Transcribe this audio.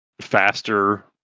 faster